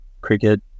cricket